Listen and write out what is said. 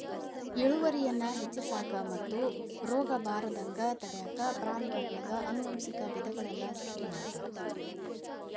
ಇಳುವರಿಯನ್ನ ಹೆಚ್ಚಿಸಾಕ ಮತ್ತು ರೋಗಬಾರದಂಗ ತಡ್ಯಾಕ ಪ್ರಾಣಿಗಳೊಳಗ ಆನುವಂಶಿಕ ವಿಧಗಳನ್ನ ಸೃಷ್ಟಿ ಮಾಡ್ತಾರ